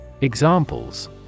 Examples